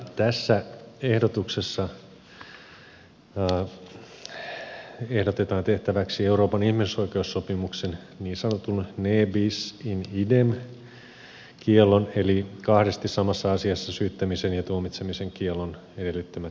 tässä ehdotuksessa ehdotetaan tehtäväksi euroopan ihmisoikeussopimuksen niin sanotun ne bis in idem kiellon eli kahdesti samassa asiassa syyttämisen ja tuomitsemisen kiellon edellyttämät muutokset